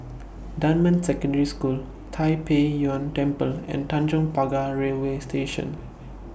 Dunman Secondary School Tai Pei Yuen Temple and Tanjong Pagar Railway Station